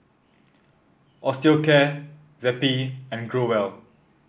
Osteocare Zappy and Growell